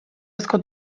asko